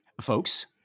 folks